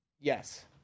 Yes